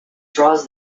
draws